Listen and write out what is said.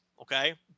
Okay